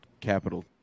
capital